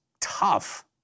tough